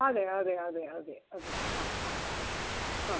അതെ അതെ അതെ അതെ അതെ ആ ആ ആ